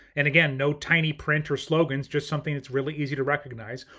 and again, no tiny printer slogans, just something that's really easy to recognize.